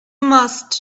must